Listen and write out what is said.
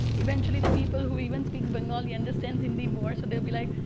eventually the people who even speaks bengali understands hindi more. so they'll be like,